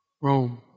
Rome